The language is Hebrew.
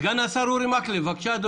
סגן השר אורי מקלב, בבקשה.